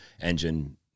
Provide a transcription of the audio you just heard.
engine